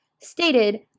stated